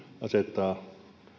asettaa